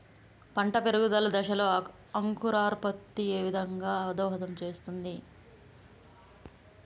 పంట పెరుగుదల దశలో అంకురోత్ఫత్తి ఏ విధంగా దోహదం చేస్తుంది?